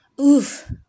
oof